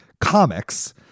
comics